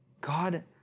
God